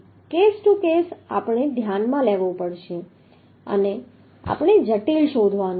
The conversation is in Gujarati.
તેથી કેસ ટુ કેસ આપણે ધ્યાનમાં લેવો પડશે અને આપણે જટિલ શોધવાનું છે